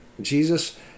Jesus